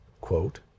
quote